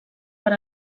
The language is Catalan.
per